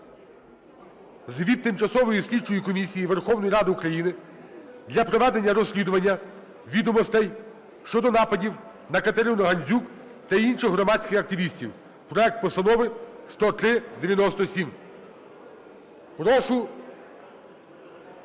звіт Тимчасової слідчої комісії Верховної Ради України для проведення розслідування відомостей щодо нападів на Катерину Гандзюк та інших громадських активістів. Проект Постанови 10397.